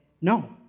No